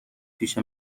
پیش